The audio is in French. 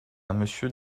monsieur